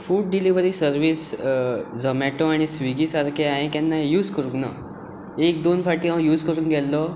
food delivery service Zomato आनी स्विगी सारके हांवें केन्ना यूज करूंक ना एक दोन फावटीं हांव यूज करूंक गेल्लो